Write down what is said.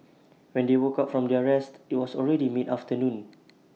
when they woke up from their rest IT was already mid afternoon